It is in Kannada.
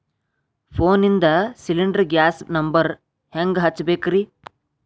ಫೋನಿಂದ ಸಿಲಿಂಡರ್ ಗ್ಯಾಸ್ ನಂಬರ್ ಹೆಂಗ್ ಹಚ್ಚ ಬೇಕ್ರಿ?